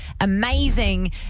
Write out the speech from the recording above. amazing